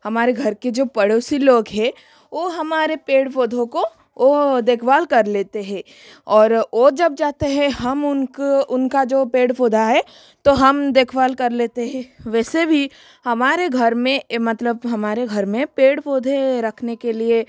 हमारे घर के जो पड़ोसी लोग है वो हमारे पेड़ पौधों को वो देखभाल कर लेते हैं और वोो जब जाते हैं हम उनके जो पेड़ पौधे है तो हम देखभाल कर लेते हैं वैसे भी हमारे घर में मतलब हमारे घर में पेड़ पौधे रखने के लिए